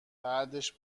بعدش